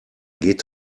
geht